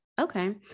Okay